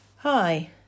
Hi